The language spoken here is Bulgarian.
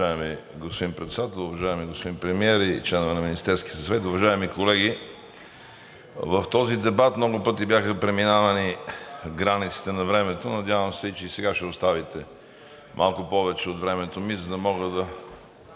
Уважаеми господин Председател, уважаеми господин Премиер и членове на Министерския съвет! Уважаеми колеги, в този дебат много пъти бяха преминавани границите на времето, надявам се, че и сега ще оставите малко повече от времето ми, за да мога да